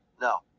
No